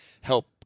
help